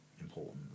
important